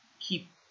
keep